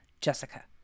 Jessica